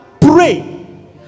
pray